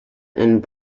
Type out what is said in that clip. and